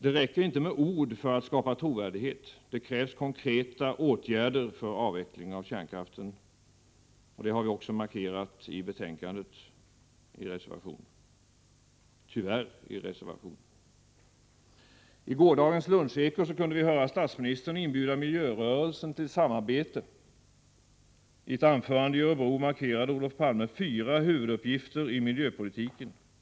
Det räcker inte med ord för att skapa trovärdighet, utan det krävs konkreta åtgärder för avveckling av kärnkraften. Detta har vi också markerat i betänkandet — tyvärr i reservation. I gårdagens Luncheko kunde vi höra statsministern inbjuda miljörörelsen till samarbete. I ett anförande i Örebro markerade Olof Palme fyra huvuduppgifter i miljöpolitiken.